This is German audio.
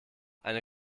eine